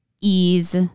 ease